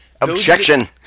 Objection